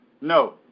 No